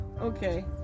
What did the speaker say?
okay